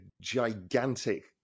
gigantic